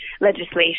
legislation